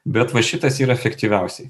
bet va šitas yra efektyviausiai